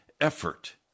effort